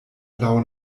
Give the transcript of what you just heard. laŭ